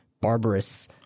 barbarous